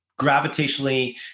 gravitationally